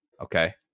Okay